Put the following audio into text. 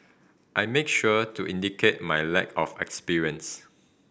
I make sure to indicate my lack of experience